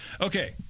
Okay